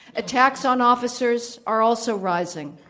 attacks on officers are also rising.